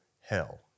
hell